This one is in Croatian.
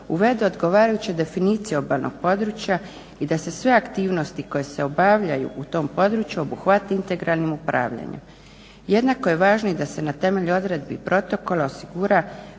uvede odgovarajuće definicije obalnog područja i da se sve aktivnosti koje se obavljaju u tom području obuhvati integralnim upravljanjem. Jednako je važno i da se na temelju odredbi i protokola osigura